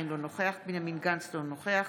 נוכח יואב גלנט, אינו נוכח